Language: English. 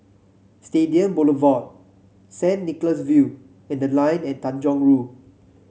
Stadium Boulevard Saint Nicholas View and The Line at Tanjong Rhu